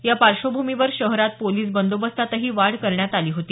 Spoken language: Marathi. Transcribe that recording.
या पार्श्वभूमीवर शहरात पोलिस बंदोबस्तातही वाढ करण्यात आली होती